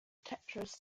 treacherous